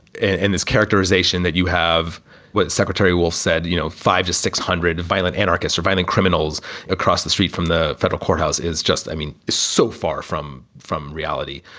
and this characterization that you have what secretary wolf said, you know five to six hundred and violent anarchists or violent criminals across the street from the federal courthouse is just i mean, so far from from reality.